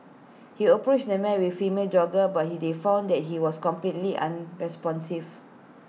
he approached the man with female jogger but he they found that he was completely unresponsive